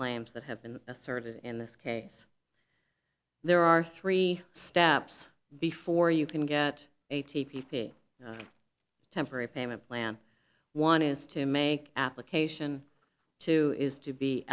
claims that have been asserted in this case there are three steps before you can get a t v temporary payment plan one is to make application to is to be